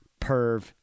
perv-